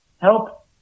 help